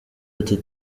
ati